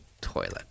toilet